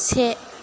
से